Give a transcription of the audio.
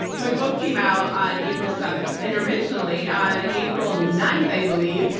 my book came out on april seventh. and originally, on april ninth, i believe,